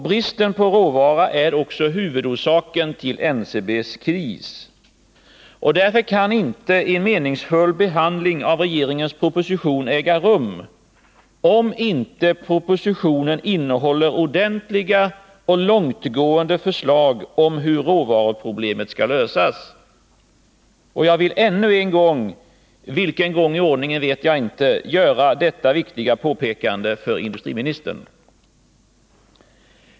Bristen på råvara är också huvudorsaken till NCB:s kris. Därför kan inte en meningsfull behandling av regeringens proposition äga rum, om inte propositionen innehåller ordentliga och långtgående förslag om hur råvaruproblemet skall lösas. Jag vill återigen — för vilken gång i ordningen vet jag inte — göra detta viktiga påpekande för industriministern.